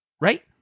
right